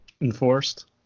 enforced